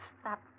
stop